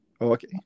Okay